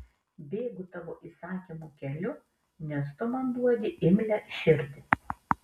bėgu tavo įsakymų keliu nes tu man duodi imlią širdį